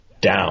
down